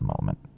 moment